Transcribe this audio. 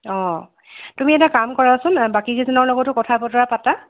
অ তুমি এটা কাম কৰাচোন বাকী কেইজনৰ লগতো কথা বতৰা পাতা